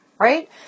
Right